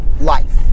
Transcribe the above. life